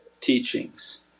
teachings